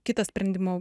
kitą sprendimo